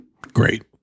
Great